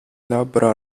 labbra